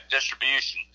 Distribution